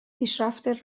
پیشرفت